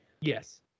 yes